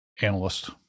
analyst